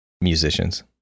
musicians